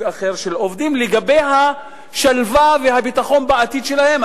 אחר של עובדים לגבי השלווה והביטחון של העתיד שלהם.